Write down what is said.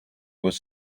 was